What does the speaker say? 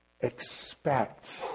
expect